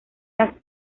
las